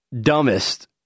dumbest